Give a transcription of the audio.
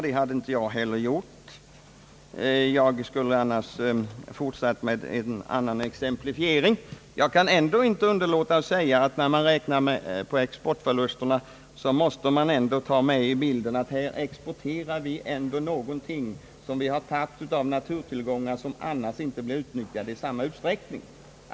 Det hade inte heller jag gjort. Jag skulle annars ha fortsatt med en annan exemplifiering. Jag kan ändå inte underlåta att säga att när man beräknar exportförlusterna måste man ta med i bilden att vi här ändå exporterar någonting som vi har tagit av naturtillgångar vilka annars inte blivit utnyttjade i samma utsträckning.